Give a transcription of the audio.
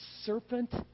serpent